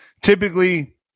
Typically